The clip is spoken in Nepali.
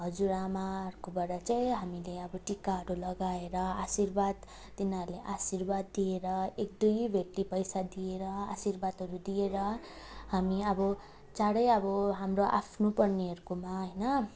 हजुरआमाहरूकोबाट चाहिँ हामीले अब टिकाहरू लगाएर आशीर्वाद तिनाीहरू आशीर्वाद दिएर एकदुई भेटी पैसा दिएर आशीर्वादहरू दिएर हामी अब चाँडै अब हाम्रो आफ्नो पर्नेहरूकोमा होइन